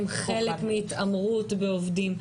הן חלק מהתעמרות בעובדים,